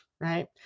right